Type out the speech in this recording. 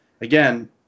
again